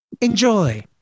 Enjoy